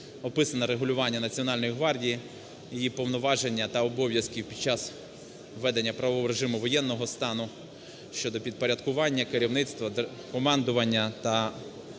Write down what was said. описано регулювання Національної гвардії, її повноваження та обов'язки під час введення правого режиму воєнного стану, щодо підпорядкування, керівництва, командування та військового